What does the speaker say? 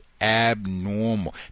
abnormal